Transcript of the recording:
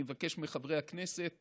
אני מבקש מחברי הכנסת